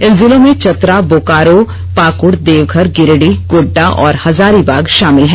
इन जिलों में चतरा बोकारो पाकुड़ देवघर गिरिडीह गोड़्डा और हजारीबाग शामिल हैं